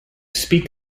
speak